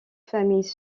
familles